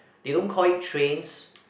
they don't call it trains